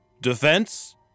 Defense